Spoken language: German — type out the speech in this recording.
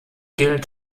gilt